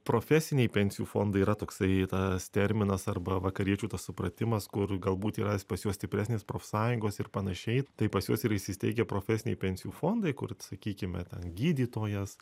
profesiniai pensijų fondai yra toksai tas terminas arba vakariečių tas supratimas kur galbūt yra pas juos stipresnės profsąjungos ir panašiai tai pas juos yra įsisteigę profesiniai pensijų fondai kur sakykime ten gydytojas